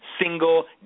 single